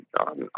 on